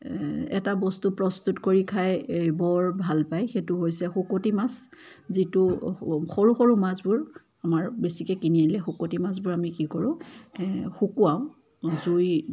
এটা বস্তু প্ৰস্তুত কৰি খায় বৰ ভাল পায় সেইটো হৈছে শুকতি মাছ যিটো সৰু সৰু মাছবোৰ আমাৰ বেছিকৈ কিনি আনিলে শুকতি মাছবোৰ আমি কি কৰোঁ শুকুৱাওঁ জুই